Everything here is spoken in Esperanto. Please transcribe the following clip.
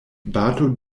bato